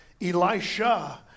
Elisha